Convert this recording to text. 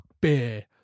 beer